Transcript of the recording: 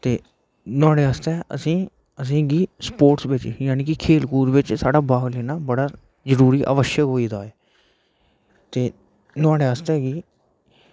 ते नुआढ़े आस्तै असें असेंगी स्पोर्टस बिच यानि के खेल कूद बिच्च भाग लैना बड़ा जरूरी अवश्यक होई दा ऐ ते नुआढ़े आस्तै बी